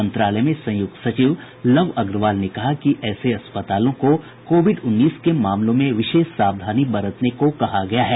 मंत्रालय में संयुक्त सचिव लव अग्रवाल ने कहा कि ऐसे अस्पतालों को कोविड उन्नीस के मामलों में विशेष सावधानी बरतने को कहा गया है